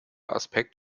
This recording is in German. aspekt